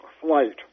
flight